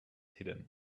hidden